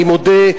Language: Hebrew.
אני מודה,